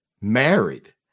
married